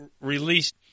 released